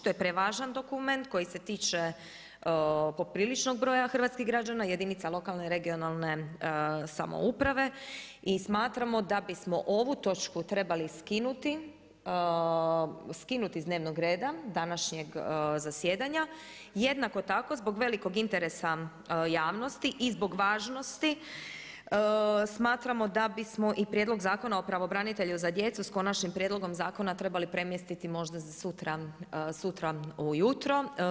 To je prevažan dokument, koji se tiče, popriličnog broja hrvatskih građana i jedinica lokalne samouprave i smatramo da bismo ovu točku trebali skinuti iz dnevnog reda, današnjeg zasjedanja, jednako tako zbog velikog interesa javnosti i zbog važnosti, smatramo da bismo i Prijedlog Zakona o pravobranitelju za djecu, s konačnim prijedlogom zakona trebali premjestiti možda za sutra ujutro.